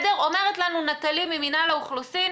אומרת לנו נטלי ממינהל האוכלוסין,